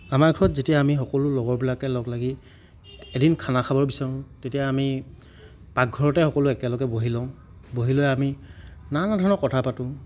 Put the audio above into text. আমাৰ ঘৰত যেতিয়া আমি সকলো লগৰবিলাকে লগ লাগি এদিন খানা খাব বিচাৰোঁ তেতিয়া আমি পাকঘৰতে সকলো একেলগে বহি লওঁ বহি লৈ আমি নানা ধৰণৰ কথা পাতোঁ